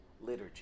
liturgy